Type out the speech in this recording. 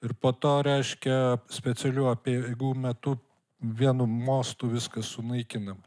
ir po to reiškia specialių apeigų metu vienu mostu viskas sunaikinama